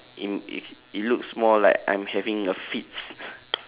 in it it looks more like I'm having a fits